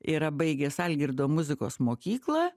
yra baigęs algirdo muzikos mokyklą